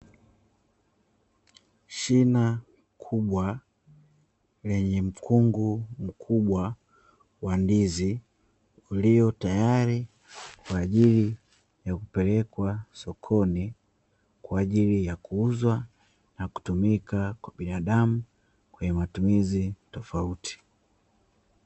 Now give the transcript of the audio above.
Shina kubwa lenye mkungungu mkubwa wa ndizi ulio tayari kwa ajili ya kupelekwa sokoni kwa ajili ya kuuzwa, na kutumika kwa binadamu kwenye matumizi tofauti.